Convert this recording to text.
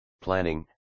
planning